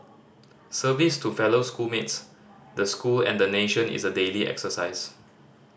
service to fellow school mates the school and the nation is a daily exercise